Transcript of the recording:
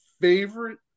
favorite